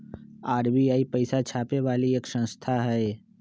RBI पैसा छापे वाली एक संस्था हई